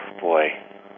Boy